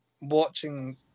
watching